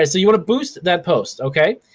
and you wanna boost that post, okay?